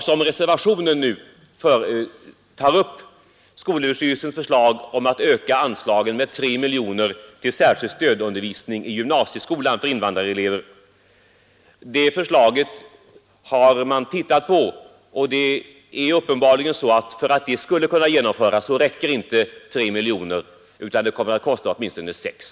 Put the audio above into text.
Skolöverstyrelsens förslag om en ökning med 3 miljoner av anslagen till särskild stödundervisning i gymnasieskolan för invandrarelever, som reservationen nu tar upp, har man undersökt. För att den undervisningen skall kunna genomföras räcker uppenbarligen inte 3 miljoner, utan den kommer att kosta åtminstone 6.